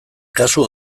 kasu